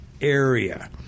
area